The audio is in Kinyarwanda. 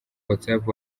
whatsapp